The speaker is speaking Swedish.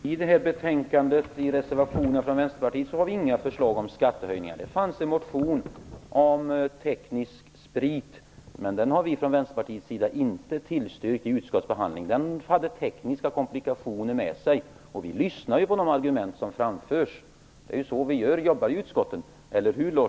Herr talman! I reservationen från Vänsterpartiet i det här betänkandet har vi inga förslag om skattehöjningar. Det fanns en motion om teknisk sprit, men den har vi från Vänsterpartiets sida inte tillstyrkt vid utskottsbehandlingen - den förde med sig tekniska komplikationer, och vi lyssnar ju på de argument som framförs. Det är ju så vi jobbar i utskotten, eller hur